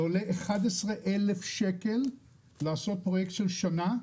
עולה לאדם 11,000 שקל לעשות פרויקט של שנה,